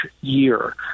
year